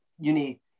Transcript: uni